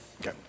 Okay